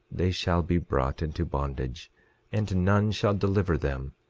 they shall be brought into bondage and none shall deliver them,